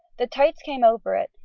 the tights came over it,